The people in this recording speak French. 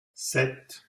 sept